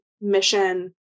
mission